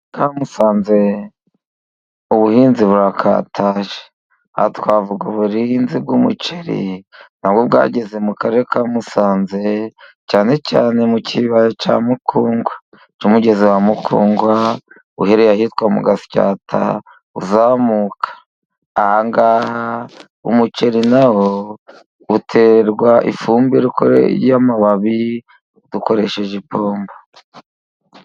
Mu Karere ka Musanze ubuhinzi burakataje. Aha twavuga ubuhinzi bw'umuceri, na bwo bwageze mu karere ka Musanze, cyane cyane mu kibaya cya Mukungwa, n'umugezi wa Mukungwa uherereye ahitwa mu Gatsata uzamuka. Ahangaha umuceri na wo uterwa ifumbire y'amababi, dukoresheje ipombo.